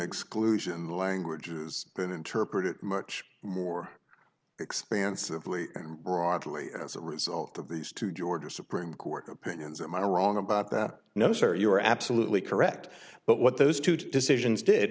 exclusion languages been interpreted much more expansively broadly as a result of these two georgia supreme court opinions that my wrong about that no sir you are absolutely correct but what those two decisions did